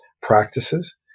practices